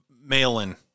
mail-in